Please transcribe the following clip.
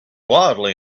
wildly